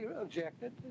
objected